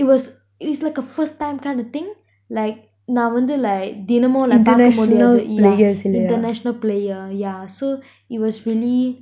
it was it's like a first time kind of thing like நான் வந்து:naan vanthu like தெனமும்:theanamum like நான் பாக்கும் போது:naan paakum bothu yeah international player yeah so it was really